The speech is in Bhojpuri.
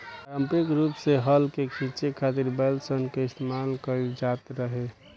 पारम्परिक रूप से हल के खीचे खातिर बैल सन के इस्तेमाल कईल जाट रहे